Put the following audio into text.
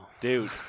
Dude